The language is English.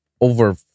over